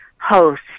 host